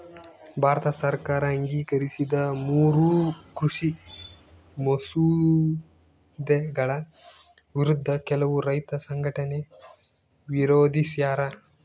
ಭಾರತ ಸರ್ಕಾರ ಅಂಗೀಕರಿಸಿದ ಮೂರೂ ಕೃಷಿ ಮಸೂದೆಗಳ ವಿರುದ್ಧ ಕೆಲವು ರೈತ ಸಂಘಟನೆ ವಿರೋಧಿಸ್ಯಾರ